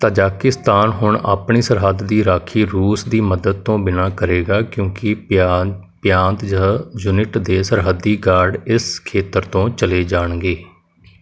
Tajikistan ਹੁਣ ਆਪਣੀ ਸਰਹੱਦ ਦੀ ਰਾਖੀ ਰੂਸ ਦੀ ਮਦਦ ਤੋਂ ਬਿਨਾ ਕਰੇਗਾ ਕਿਉਂਕਿ ਪਿਆਂਦ ਪਿਆਂਦਜ਼ਹ ਯੂਨਿਟ ਦੇ ਸਰਹੱਦੀ ਗਾਰਡ ਇਸ ਖੇਤਰ ਤੋਂ ਚਲੇ ਜਾਣਗੇ